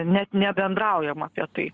net nebendraujam apie tai